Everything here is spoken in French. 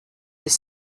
des